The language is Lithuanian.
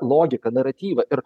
logika naratyva ir